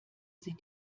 sie